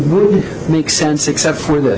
movie makes sense except for th